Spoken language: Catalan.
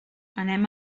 anem